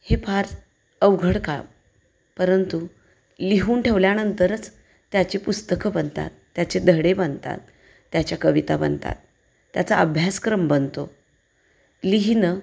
हे फार अवघड काम परंतु लिहून ठेवल्यानंतरच त्याचे पुस्तकं बनतात त्याचे धडे बनतात त्याच्या कविता बनतात त्याचा अभ्यासक्रम बनतो लिहिणं